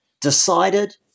decided